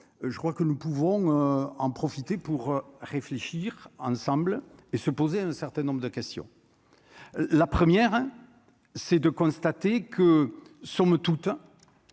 je crois que nous pouvons en profiter pour réfléchir ensemble et se poser un certain nombre de questions : la première, hein, c'est de constater que, somme toute,